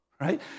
right